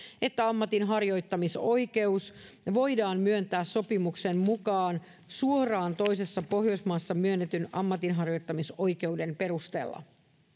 että ammatinharjoittamisoikeus voidaan myöntää sopimuksen mukaan suoraan toisessa pohjoismaassa myönnetyn ammatinharjoittamisoikeuden perusteella